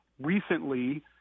recently